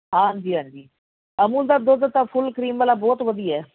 ਹਾਂਜੀ ਹਾਂਜੀ ਅਮੁਲ ਦਾ ਦੁੱਧ ਤਾਂ ਫੁੱਲ ਕਰੀਮ ਵਾਲਾ ਬਹੁਤ ਵਧੀਆ